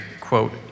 quote